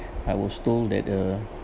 I was told that uh